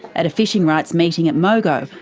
at a fishing rights meeting at mogo,